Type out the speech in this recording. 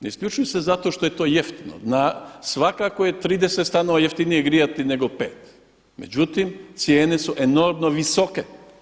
Ne isključuju se zato što je to jeftino, svakako je 30 stanova jeftinije grijati nego pet, međutim, cijene su enormnom visoke.